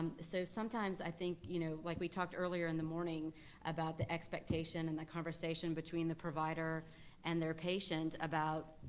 so sometimes i think, you know like we talked earlier in the morning about the expectation and the conversation between the provider and their patient about